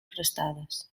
prestades